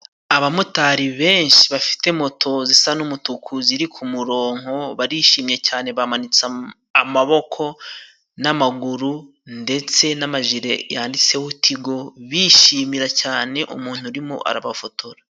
Abamotari benshi bafite moto zisa n'umutuku, ziri ku murongo barishimye cyane, bamanitse amaboko n'amaguru ndetse n'amajire yanditseho tigo, bishimira cyane umuntu urimo arabafotora.